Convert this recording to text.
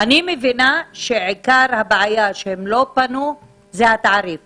אני מבינה שעיקר הבעיה שהם לא פנו היא התעריף